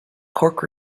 cork